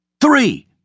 Three